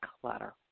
clutter